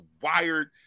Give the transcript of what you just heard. wired